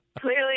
clearly